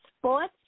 sports